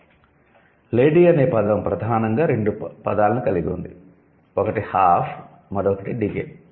'lady' అనే పదం ప్రధానంగా రెండు పదాలను కలిగి ఉంది ఒకటి 'హాఫ్' మరొకటి డిగే